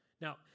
Now